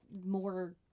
more